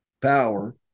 power